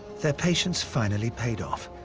their patience finally paid off,